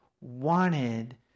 wanted